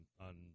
on